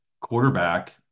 quarterback